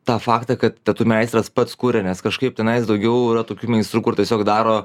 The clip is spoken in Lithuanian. tą faktą kad tatū meistras pats kuria nes kažkaip tenais daugiau yra tokių meistrų kur tiesiog daro